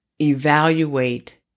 evaluate